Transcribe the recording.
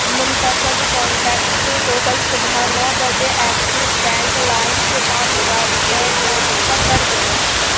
منتخب کانٹیکٹس کو کل صبح نو بجے ایکسس بینک لائم سے پانچ ہزار روپے ٹرانسفر کر دینا